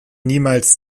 niemals